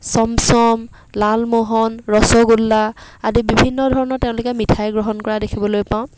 চমচম লালমোহন ৰসগোল্লা আদি বিভিন্ন ধৰণৰ তেওঁলোকে মিঠাই গ্ৰহণ কৰা দেখিবলৈ পাওঁ